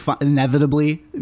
inevitably